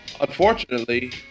unfortunately